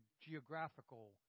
geographical